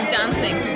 dancing